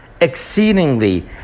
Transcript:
exceedingly